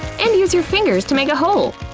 and use your fingers to make a hole.